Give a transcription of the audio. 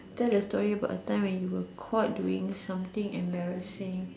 tell a story about a time when you were caught doing something embarrassing